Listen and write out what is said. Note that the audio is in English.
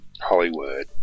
Hollywood